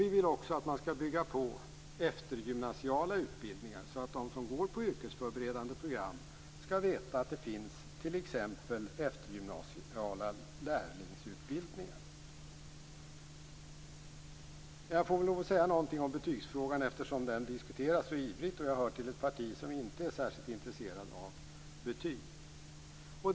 Vi vill också att man skall bygga på eftergymnasiala utbildningar så att de som går på yrkesförberedande program skall veta att det finns t.ex. eftergymnasiala lärlingsutbildningar. Jag får väl lov att säga något om betygsfrågan eftersom den diskuteras så ivrigt och jag hör till ett parti där man inte är särskilt intresserad av betyg i skolan.